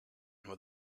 where